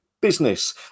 business